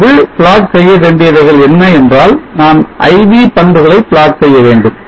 இப்போது plot செய்ய வேண்டியவைகள் என்ன என்றால் நான் I V பண்புகளை plot செய்ய வேண்டும்